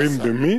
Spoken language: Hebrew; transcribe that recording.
יורים במי?